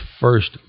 first